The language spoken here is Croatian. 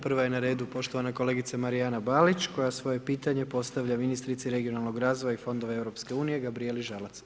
Prva je na redu poštovana kolegica Marijana Balić koja svoje pitanje postavlja ministrici regionalnog razvoja i fondova EU Gabrijeli Žalac.